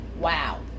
wow